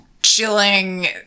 chilling